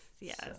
yes